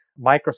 Microsoft